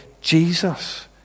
Jesus